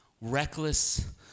Reckless